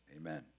Amen